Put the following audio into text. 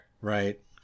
Right